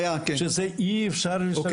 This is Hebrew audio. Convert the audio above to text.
שאי אפשר לשלם.